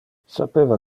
sapeva